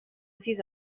sis